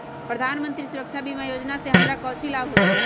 प्रधानमंत्री सुरक्षा बीमा योजना से हमरा कौचि लाभ होतय?